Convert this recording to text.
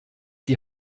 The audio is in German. die